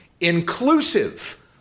inclusive